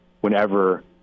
whenever